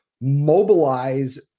mobilize